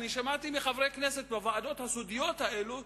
שמעתי מחברי הכנסת בוועדות הסודיות האלה,